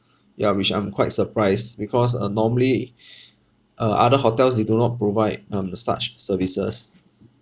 ya which I'm quite surprised because uh normally uh other hotels they do not provide um such services